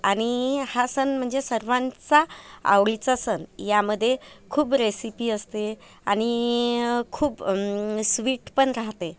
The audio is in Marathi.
आणि हा सण म्हणजे सर्वांचा आवडीचा सण यामध्ये खूप रेसिपी असते आणि खूप स्वीट पण राहते